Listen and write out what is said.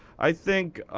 i think,